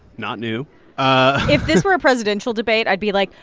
not new ah if this were a presidential debate, i'd be, like,